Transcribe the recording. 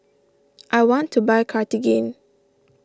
I want to buy Cartigain